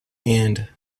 and